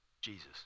Jesus